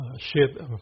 ship